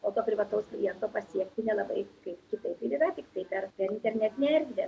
o to privataus kliento pasiekti nelabai kaip kitaip ir yra tiktai per internetinę erdvę